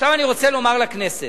עכשיו אני רוצה לומר לכנסת: